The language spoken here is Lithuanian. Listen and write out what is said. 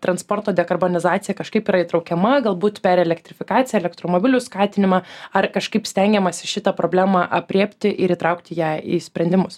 transporto dekarbonizacija kažkaip yra įtraukiama galbūt per elektrifikaciją elektromobilių skatinimą ar kažkaip stengiamasi šitą problemą aprėpti ir įtraukti ją į sprendimus